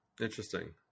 Interesting